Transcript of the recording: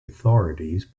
authorities